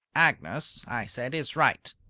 agnes, i said, is right.